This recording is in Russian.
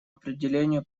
определению